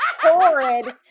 horrid